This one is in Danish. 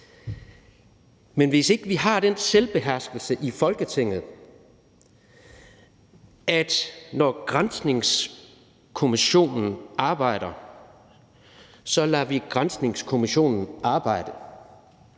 Men hvis ikke vi har den selvbeherskelse i Folketinget at respektere, at når granskningskommissionen arbejder, lader vi granskningskommissionen arbejde,